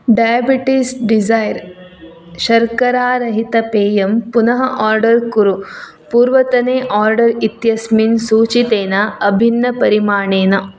diabetics desire शर्करारहितपेयं पुनः order कुरु पूर्वतने ओर्डर् इत्यस्मिन् सूचितेन अभिन्नपरिमाणेन